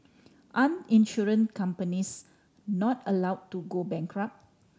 aren't insurance companies not allow to go bankrupt